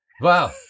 Wow